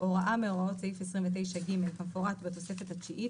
הוראה מהוראות סעיף 29(ג) כמפורט בתוספת התשיעית,